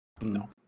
no